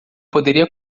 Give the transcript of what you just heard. poderia